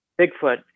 Bigfoot